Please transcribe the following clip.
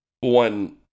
one